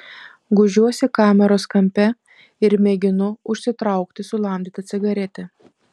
gūžiuosi kameros kampe ir mėginu užsitraukti sulamdytą cigaretę